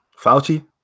Fauci